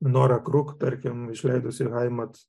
nora kruk tarkim užleidusi haimat